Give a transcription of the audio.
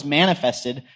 manifested